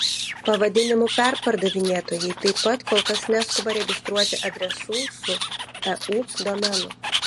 pavadinimų perpardavinėtojai taip pat kol kas neskuba registruoti adresų su eu domenu